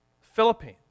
Philippines